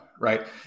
right